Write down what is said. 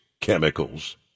chemicals